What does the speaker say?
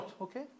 okay